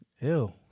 Ew